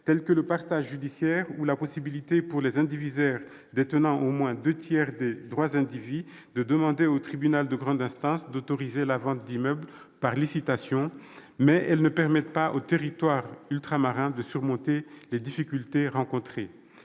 telles que le partage judiciaire ou la possibilité pour les indivisaires détenant au moins deux tiers des droits indivis de demander au tribunal de grande instance d'autoriser la vente d'immeubles par licitation, mais elles ne permettent pas aux territoires ultramarins de surmonter les difficultés rencontrées.